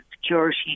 Security